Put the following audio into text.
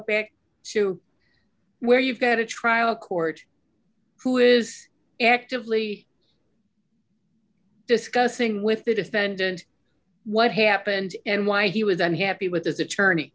back to where you've got a trial court who is actively discussing with the defendant what happened and why he was unhappy with his attorney